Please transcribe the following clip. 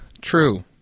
true